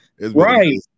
right